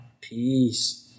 Peace